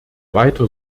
weiter